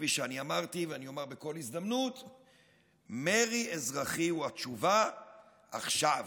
כפי שאמרתי ואומר בכל הזדמנות: מרי אזרחי הוא התשובה עכשיו.